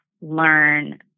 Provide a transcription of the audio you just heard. learn